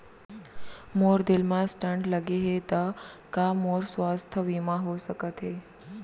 मोर दिल मा स्टन्ट लगे हे ता का मोर स्वास्थ बीमा हो सकत हे?